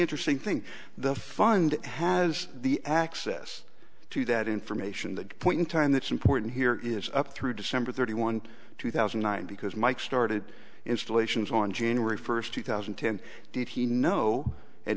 interesting thing the fund has the access to that information that point in time that's important here is up through december thirty one two thousand and nine because mike started installations on january first two thousand and ten did he know at